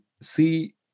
see